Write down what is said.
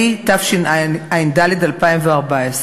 התשע"ד 2014,